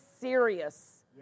serious